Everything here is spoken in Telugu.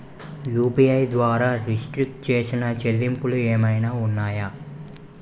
యు.పి.ఐ ద్వారా రిస్ట్రిక్ట్ చేసిన చెల్లింపులు ఏమైనా ఉన్నాయా?